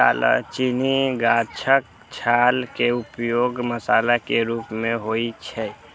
दालचीनी गाछक छाल के उपयोग मसाला के रूप मे होइ छै